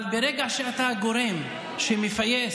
אבל ברגע שאתה הגורם שמפייס,